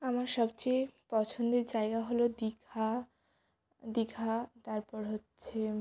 আমার সবচেয়ে পছন্দের জায়গা হল দীঘা দীঘা তারপর হচ্ছে